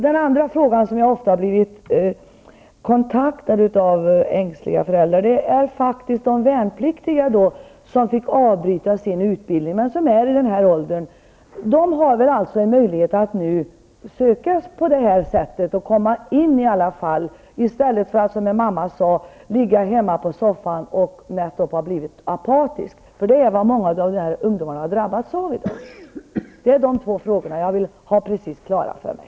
Den andra frågan gäller något som jag ofta har blivit kontaktad av ängsliga föräldrar om, nämligen de värnpliktiga som fick lov att avbryta sin utbildning men som är i den här åldern. Dessa har väl en möjlighet att nu söka på det här sättet och komma in på arbetsmarknaden i stället för att, som en mamma sade, ligga hemma på soffan och nättopp bli apatiska? Det är vad många av de här ungdomarna i dag har drabbats av. -- Det är de två frågor som jag vill ha svar på, så att jag har detta helt klart för mig.